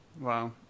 Wow